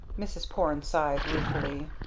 mrs. porne sighed ruefully.